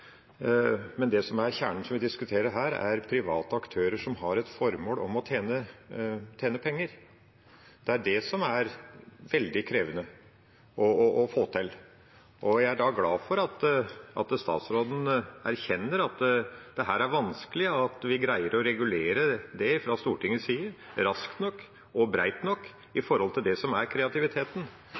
men det som er kjernen som vi diskuterer nå, er private aktører som har et formål om å tjene penger. Det er det som er veldig krevende å få til. Jeg er glad for at statsråden erkjenner at dette er vanskelig, at vi greier å regulere det fra Stortingets side raskt nok og bredt nok med tanke på kreativiteten. Det er et hensyn som